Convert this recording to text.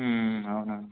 అవునా